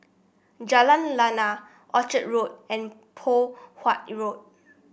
Jalan Lana Orchard Road and Poh Huat Road